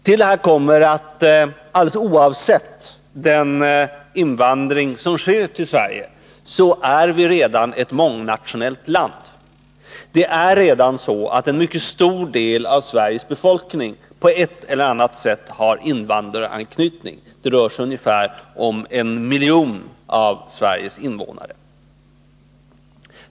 Till detta kommer att Sverige, alldeles oavsett den invandring som sker här, är ett mångnationellt land. Det är redan nu så att en mycket stor del av Sveriges befolkning på ett eller annat sätt har invandraranknytning — det rör sig om ungefär 1 miljon av Sveriges invånare.